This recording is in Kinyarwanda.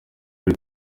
kuri